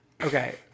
Okay